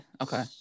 okay